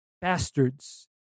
bastards